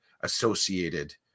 associated